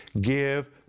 give